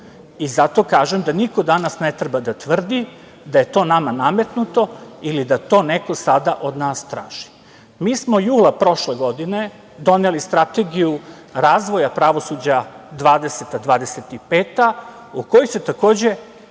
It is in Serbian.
Zato kažem da niko danas ne treba da tvrdi da je to nama nametnuto ili da to neko sada od nas traži. Mi smo jula prošle godine doneli Strategiju razvoja pravosuđa 20-25 u kojoj se takođe